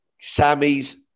Sammy's